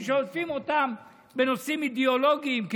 שעוטפים אותם בנושאים אידיאולוגיים,